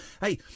Hey